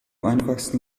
einfachsten